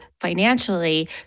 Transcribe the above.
financially